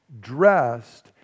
dressed